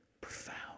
profound